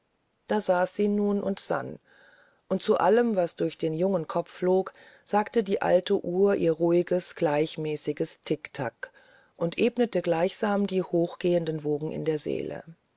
da saß sie nun und sann und zu allem was durch den jungen kopf flog sagte die alte uhr ihr ruhiges gleichmäßiges ticktack und ebnete gleichsam die hochgehenden wogen in der seele